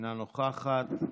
אינה נוכחת,